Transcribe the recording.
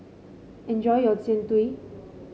enjoy your Jian Dui